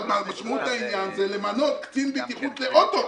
אבל משמעות העניין היא למנות קצין בטיחות לאוטו.